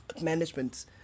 management